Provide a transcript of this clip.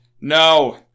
No